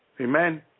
Amen